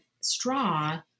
straw